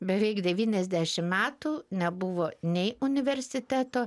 beveik devyniasdešim metų nebuvo nei universiteto